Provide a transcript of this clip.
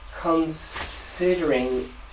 considering